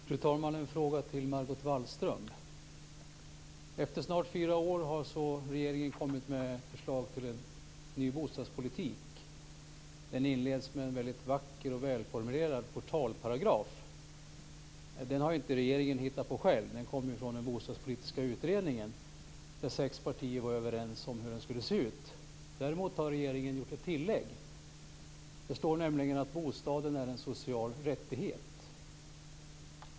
Fru talman! Jag har en fråga till Margot Wallström. Efter snart fyra år har så regeringen kommit med ett förslag till en ny bostadspolitik. Det inleds med en väldigt vacker och välformulerad portalparagraf. Den har inte regeringen hittat på själv. Den kommer från den bostadspolitiska utredningen, där sex partier var överens om hur det skulle se ut. Däremot har regeringen gjort ett tillägg. Det står nämligen att bostaden är en social rättighet.